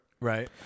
Right